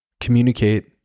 communicate